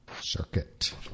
circuit